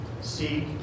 Seek